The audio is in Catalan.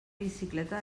bicicleta